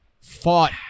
fought